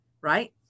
Right